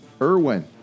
Irwin